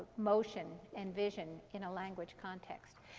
motion and vision in a language context.